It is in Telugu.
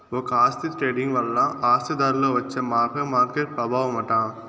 ఒక ఆస్తి ట్రేడింగ్ వల్ల ఆ ఆస్తి ధరలో వచ్చే మార్పే మార్కెట్ ప్రభావమట